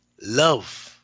love